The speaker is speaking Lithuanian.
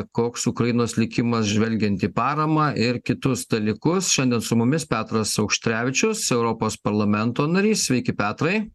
koks ukrainos likimas žvelgiant į paramą ir kitus dalykus šiandien su mumis petras auštrevičius europos parlamento narys sveiki petrai